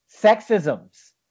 sexisms